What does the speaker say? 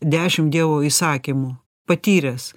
dešim dievo įsakymų patyręs